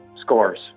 Scores